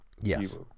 yes